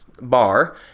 bar